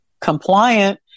compliant